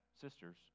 sisters